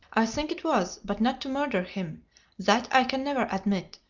i think it was, but not to murder him that i can never admit,